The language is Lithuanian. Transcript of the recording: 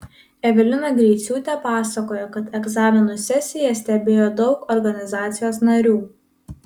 evelina greiciūtė pasakojo kad egzaminų sesiją stebėjo daug organizacijos narių